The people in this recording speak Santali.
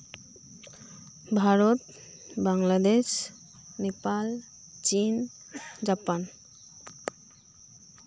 ᱵᱷᱟᱨᱚᱛ ᱵᱟᱝᱞᱟᱫᱮᱥ ᱱᱮᱯᱟᱞ ᱪᱤᱱ ᱡᱟᱯᱟᱱ